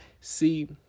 See